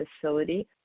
facility